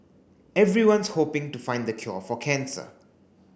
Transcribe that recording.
everyone's hoping to find the cure for cancer